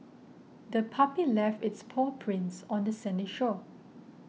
the puppy left its paw prints on the sandy shore